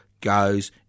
goes